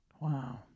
Wow